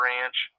Ranch